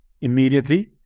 immediately